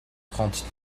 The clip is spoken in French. trente